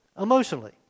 emotionally